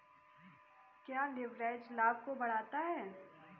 क्या लिवरेज लाभ को बढ़ाता है?